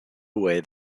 away